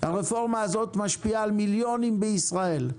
הרפורמה הזאת משפיעה על מיליונים בישראל,